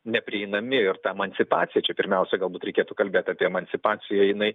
neprieinami ir ta emancipacija čia pirmiausia galbūt reikėtų kalbėt apie emancipaciją jinai